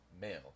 male